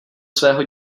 svého